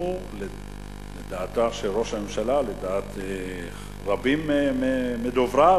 שהוא לדעתו של ראש הממשלה, לדעת רבים מדובריו,